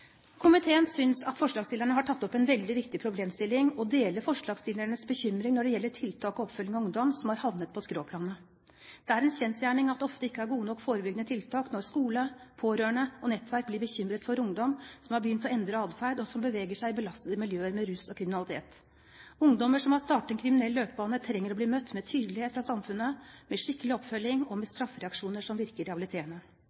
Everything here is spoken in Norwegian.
Komiteen synes at forslagsstillerne har tatt opp en veldig viktig problemstilling og deler forslagsstillernes bekymring når det gjelder tiltak og oppfølging av ungdom som har havnet på skråplanet. Det er en kjensgjerning at det ofte ikke er gode nok forebyggende tiltak når skole, pårørende og nettverk blir bekymret for ungdom som har begynt å endre atferd, og som beveger seg i belastede miljøer med rus og kriminalitet. Ungdom som har startet en kriminell løpebane, trenger å bli møtt med tydelighet av samfunnet, med skikkelig oppfølging, og med